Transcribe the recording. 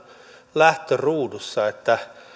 lähtöruudussa että